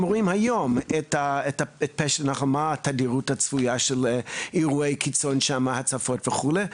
רואים היום את התדירות הצפויה של אירועי קיצון שם הצפות וכולי.